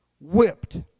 whipped